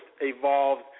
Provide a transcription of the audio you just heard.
evolved